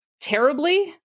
terribly